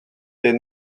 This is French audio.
est